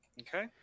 Okay